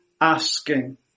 asking